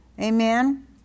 Amen